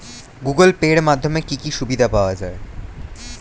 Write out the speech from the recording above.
Google Pay এর মাধ্যমে কি কি সুবিধা পাওয়া যায়?